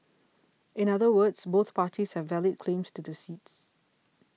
in other words both parties have valid claims to the seats